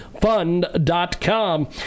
fund.com